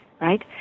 right